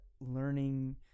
learning